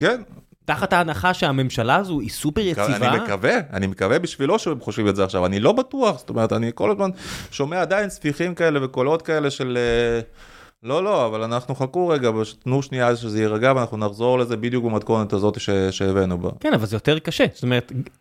תחת ההנחה שהממשלה הזו היא סופר יציבה אני מקווה בשבילו שהם חושבים את זה עכשיו אני לא בטוח זאת אומרת אני כל הזמן שומע עדיין ספיחים כאלה וקולות כאלה של לא לא אבל אנחנו חכו רגע שתנו שנייה שזה יירגע ואנחנו נחזור לזה בדיוק במתכונת הזאת שהבאנו בה כן אבל זה יותר קשה.זאת אומרת ..